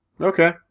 Okay